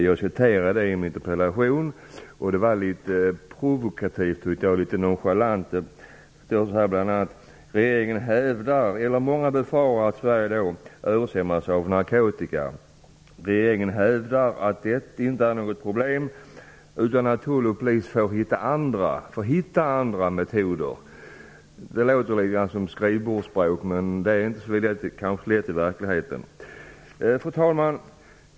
Jag citerade texten i min interpellation. Den var litet provokativoch nonchalant. Det står bl.a.: "Många befarar att Sverige då översvämmas av narkotika. Regeringen hävdar att det inte är något problem utan att tulloch polis får hitta andra arbetsmetoder." Det låter som skrivbordsspråk. Det är kanske inte så lätt i verkligheten. Fru talman!